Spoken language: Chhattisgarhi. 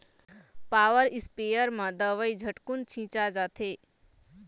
पॉवर इस्पेयर म दवई झटकुन छिंचा जाथे